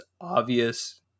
obvious